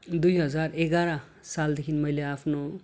दुई हजार एघार सालदेखि मैले आफ्नो